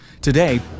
Today